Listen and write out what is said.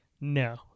No